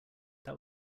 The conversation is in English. that